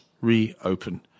reopen